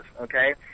okay